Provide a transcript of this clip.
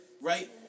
Right